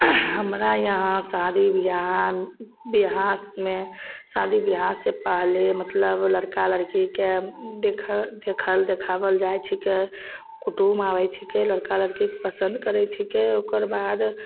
हमरा यहाँ शादी बिआह देहातमे शादी बिआहसे पहिले मतलब लड़का लड़कीके देखल देखल देखावल जाइ छिकै कुटुम आबै छिकै लड़का लड़कीके पसन्द करै छिकै ओकरबाद